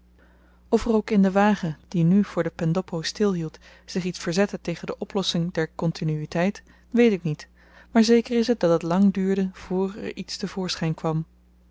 of er ook in den wagen die nu voor de pendoppo stilhield zich iets verzette tegen de oplossing der continuiteit weet ik niet maar zeker is t dat het lang duurde voor er iets te voorschyn kwam